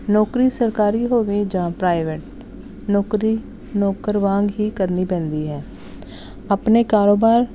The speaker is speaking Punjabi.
ਨੌਕਰੀ ਸਰਕਾਰੀ ਹੋਵੇ ਜਾਂ ਪ੍ਰਾਈਵੇਟ ਨੌਕਰੀ ਨੌਕਰ ਵਾਂਗ ਹੀ ਕਰਨੀ ਪੈਂਦੀ ਹੈ ਆਪਣੇ ਕਾਰੋਬਾਰ